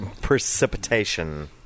precipitation